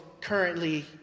currently